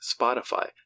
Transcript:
Spotify